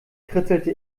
kritzelte